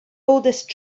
oldest